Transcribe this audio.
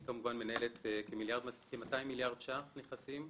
היא מנהלת כ-200 מיליארד ₪ נכסים.